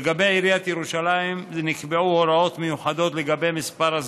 לגבי עיריית ירושלים נקבעו הוראות מיוחדות לגבי מספר הסגנים,